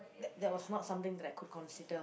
that that was not something that I could consider